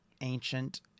ancient